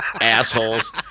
assholes